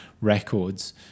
records